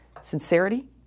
sincerity